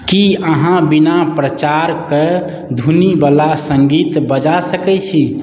कि अहाँ बिना प्रचारके धुनवला सङ्गीत बजा सकै छी